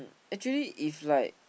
actually if like